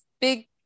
big